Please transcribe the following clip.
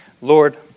Lord